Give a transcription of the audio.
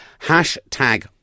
hashtag